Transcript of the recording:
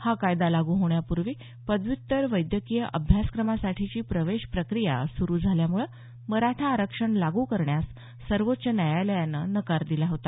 हा कायदा लागू होण्यापूर्वी पदव्युत्तर वैद्यकीय अभ्यासक्रमासाठीची प्रवेश प्रक्रिया सुरू झाल्यामुळे मराठा आरक्षण लागू करायला सर्वोच्च न्यायालयानं नकार दिला होता